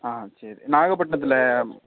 ஆ சரி நாகப்பட்டினத்தில்